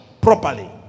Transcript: properly